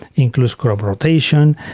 including crop rotation,